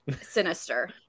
Sinister